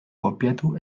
kopiatu